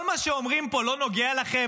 כל מה שאומרים פה לא נוגע לכם?